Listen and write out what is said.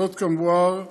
זאת, כמבואר להלן,